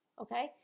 Okay